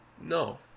no